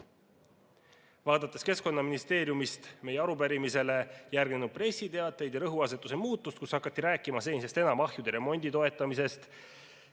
Vaadates Keskkonnaministeeriumi meie arupärimisele järgnenud pressiteateid ja rõhuasetuse muutust, kus hakati rääkima senisest enam ahjude remondi toetamisest,